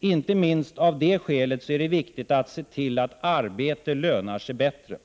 Inte minst av det skälet är det viktigt att se till att arbete lönar sig bättre.